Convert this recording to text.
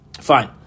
Fine